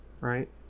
Right